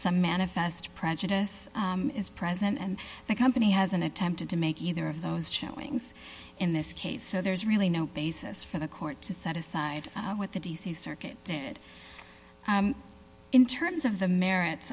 some manifest prejudice is present and the company has an attempted to make either of those showings in this case so there's really no basis for the court to set aside what the d c circuit did in terms of the merits